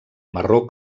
marró